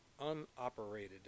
unoperated